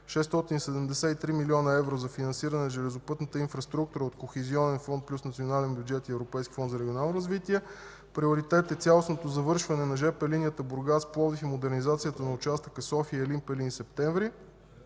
673 млн. евро за финансиране на железопътната инфраструктура от Кохезионен фонд плюс национален бюджет и Европейски фонд за регионално развитие. Приоритет е цялостното завършване на жп линията Бургас – Пловдив, и модернизацията на участъка София – Елин Пелин – Септември,